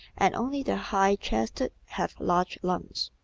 and only the high chested have large lungs.